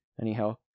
anyhow